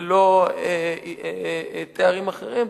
ולא תארים אחרים,